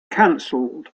cancelled